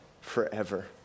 forever